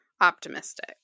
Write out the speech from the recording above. optimistic